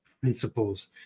principles